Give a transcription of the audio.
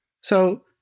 So-